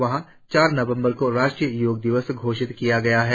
वहां चार नवम्बर को राष्ट्रीय योग दिवस घोषित किया गया है